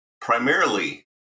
primarily